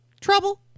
Trouble